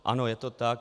Ano, je to tak.